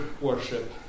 worship